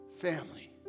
Family